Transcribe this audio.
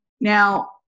Now